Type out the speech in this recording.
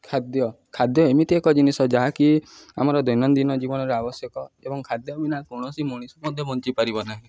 ଖାଦ୍ୟ ଖାଦ୍ୟ ଏମିତି ଏକ ଜିନିଷ ଯାହାକି ଆମର ଦୈନନ୍ଦିନ ଜୀବନରେ ଆବଶ୍ୟକ ଏବଂ ଖାଦ୍ୟ ବିନା କୌଣସି ମଣିଷ ମଧ୍ୟ ବଞ୍ଚିପାରିବ ନାହିଁ